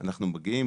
אנחנו באים,